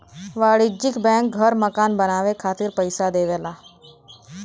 वाणिज्यिक बैंक घर मकान बनाये खातिर पइसा देवला